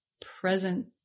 present